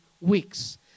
weeks